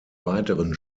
weiteren